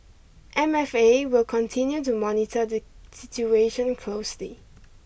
M F A will continue to monitor the situation closely